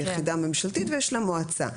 היא יחידה ממשלתית ויש לה מועצה.